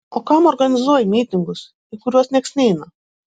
o kam organizuoji mytingus į kuriuos nieks neina